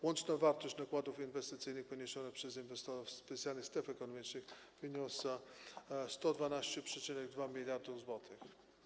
Łączna wartość nakładów inwestycyjnych poniesionych przez inwestorów w specjalnych strefach ekonomicznych wyniosła 112,2 mld zł.